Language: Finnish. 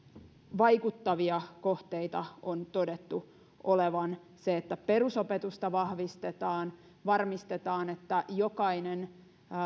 vaikuttavia kohteita on todettu olevan se että perusopetusta vahvistetaan varmistetaan että jokainen